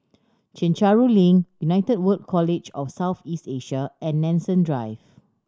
Chencharu Link United World College of South East Asia and Nanson Drive